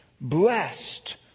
blessed